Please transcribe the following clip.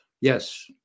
Yes